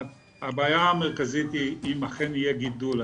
הבעיה המרכזית היא אם אכן יהיה גידול.